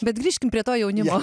bet grįžkim prie to jaunimo